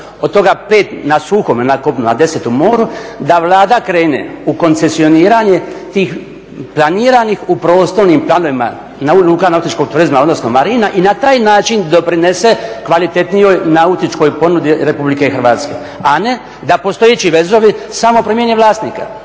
od toga 5 na suhom ili na kopnu, a 10 u moru, da Vlada krene u koncesioniranje tih planiranih u prostornim planovima luka nautičkog turizma odnosno marina i na taj način doprinese kvalitetnijoj nautičkoj ponudi RH. A ne da postojeći vezovi samo promijene vlasnika.